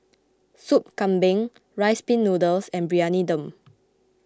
Soup Kambing Rice Pin Noodles and Briyani Dum